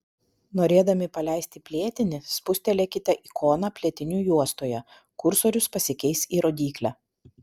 norėdami paleisti plėtinį spustelėkite ikoną plėtinių juostoje kursorius pasikeis į rodyklę